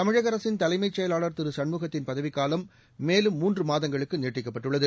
தமிழக அரசின் தலைமைச் செயலாளர் திரு சண்முகத்தின் பதவிக்காலம் மேலும் மூன்று மாதங்களுக்கு நீட்டிக்கப்பட்டுள்ளது